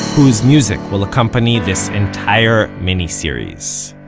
whose music will accompany this entire mini-series